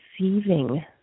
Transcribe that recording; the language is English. receiving